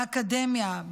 באקדמיה,